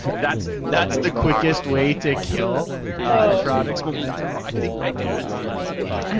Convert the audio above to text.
that's that's the quickest way to kill a product's momentum. i think my dad still has a blackberry.